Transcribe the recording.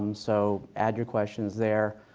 and so add your questions there.